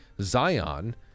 Zion